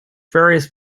various